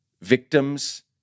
victims